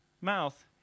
mouth